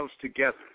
together